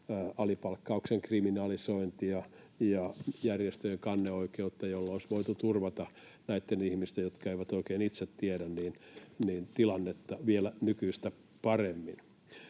alipalkkauksen kriminalisointia ja järjestöjen kanneoikeutta, jolloin olisi voitu turvata näitten ihmisten tilannetta, jotka eivät oikein itse tiedä, vielä nykyistä paremmin.